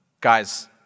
Guys